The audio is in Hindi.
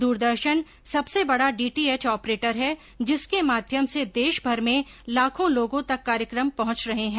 दूरदर्शन सबसे बड़ा डीटीएच ऑपरेटर है जिसके माध्यम से देशभर में लाखों लोगों तक कार्यक्रम पहुंच रहे हैं